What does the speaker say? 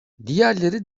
diğerleri